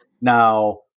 now